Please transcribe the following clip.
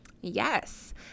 Yes